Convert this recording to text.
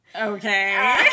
Okay